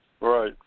right